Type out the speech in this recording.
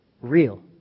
real